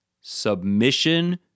Submission